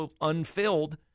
unfilled